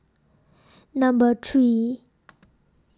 Number three